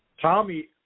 Tommy